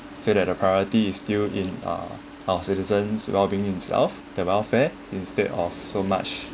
fit at a priority is still in uh our citizens' wellbeing itself the welfare instead of so much